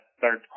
third